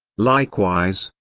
likewise,